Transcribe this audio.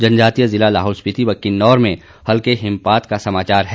जनजातीय जिला लाहौल स्पिति व किन्नौर में हल्के हिमपात का समाचार है